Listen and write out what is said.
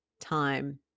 time